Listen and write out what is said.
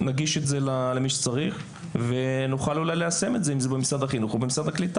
נגיש את זה למי שצריך ונוכל ליישם את זה דרך משרד החינוך הוא הקליטה.